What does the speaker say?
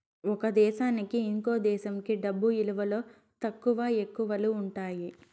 ఒక దేశానికి ఇంకో దేశంకి డబ్బు విలువలో తక్కువ, ఎక్కువలు ఉంటాయి